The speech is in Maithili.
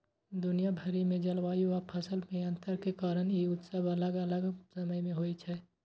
दुनिया भरि मे जलवायु आ फसल मे अंतर के कारण ई उत्सव अलग अलग समय मे होइ छै